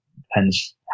depends